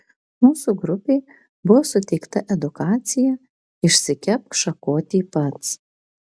mūsų grupei buvo suteikta edukacija išsikepk šakotį pats